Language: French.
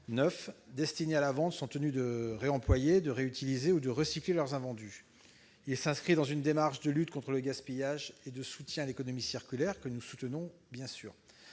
destinés à la vente sont tenus de réemployer, de réutiliser ou de recycler leurs invendus. Il s'inscrit dans une démarche de lutte contre le gaspillage et de soutien à l'économie circulaire que nous soutenons, bien sûr.